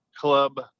club